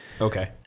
okay